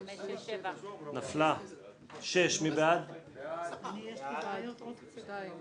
7 נמנעים, אין הרביזיה על סעיף 11 לא נתקבלה.